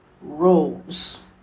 roles